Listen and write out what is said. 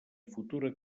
futura